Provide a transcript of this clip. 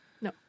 no